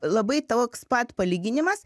labai toks pat palyginimas